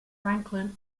franklin